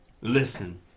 Listen